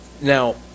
Now